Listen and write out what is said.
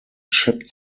chip